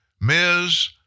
Ms